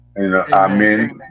amen